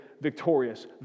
victorious